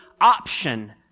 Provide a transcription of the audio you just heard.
option